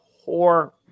poor